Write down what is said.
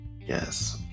yes